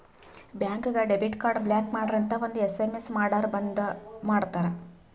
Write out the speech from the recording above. ಬ್ಯಾಂಕ್ಗ debit card block ಮಾಡ್ರಿ ಅಂತ್ ಒಂದ್ ಎಸ್.ಎಮ್.ಎಸ್ ಮಾಡುರ್ ಬಂದ್ ಮಾಡ್ತಾರ